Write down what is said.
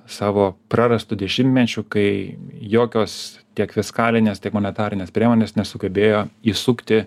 savo prarastu dešimtmečiu kai jokios tiek fiskalinės tiek monetarinės priemonės nesugebėjo įsukti